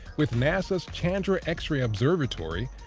with nasa's chandra x-ray observatory,